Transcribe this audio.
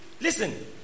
listen